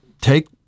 take